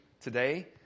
today